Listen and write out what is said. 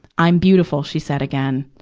i'm beautiful she said again.